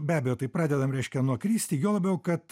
be abejo tai pradedam reiškia nuo kristi juo labiau kad